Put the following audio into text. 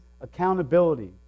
accountability